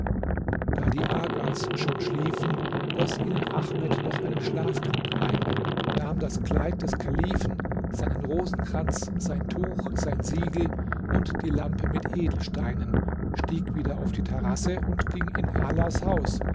da die agas schon schliefen goß ihnen ahmed noch einen schlaftrunk ein nahm das kleid des kalifen seinen rosenkranz sein tuch sein siegel und die lampe mit edelsteinen stieg wieder auf die terrasse und ging in alas haus